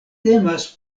temas